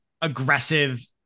aggressive